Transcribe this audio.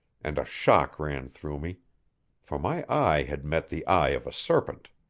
and a shock ran through me for my eye had met the eye of a serpent.